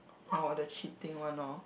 orh the cheating one lor